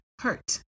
hurt